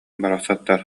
барахсаттар